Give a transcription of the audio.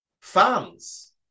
fans